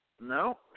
No